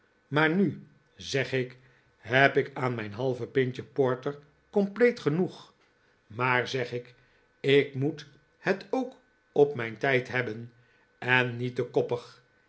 maar nu zeg ik heb ik aan mijn halve pintje porter compleet genoeg maar zeg ik ik moet het ook op mijn tijd hebben en niet te koppig